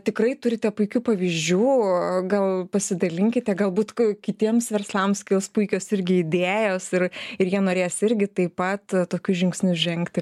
tikrai turite puikių pavyzdžių o gal pasidalinkite galbūt ka kitiems verslams kils puikios irgi idėjos ir ir jie norės irgi taip pat tokiu žingsniu žengti